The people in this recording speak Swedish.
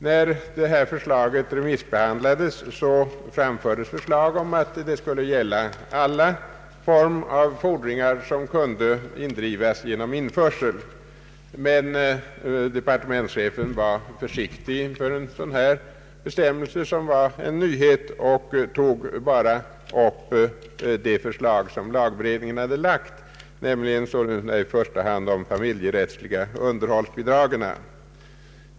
När detta ärende remissbehandlades framfördes förslag om att reglerna skulle gälla alla former av fordringar som kunde indrivas genom införsel. Men departementschefen var försiktig inför en sådan här bestämmelse, som var en nyhet, och tog bara upp det förslag som lagberedningen hade framfört, alltså i första hand förslaget om de familjerättsliga underhållsbidragen.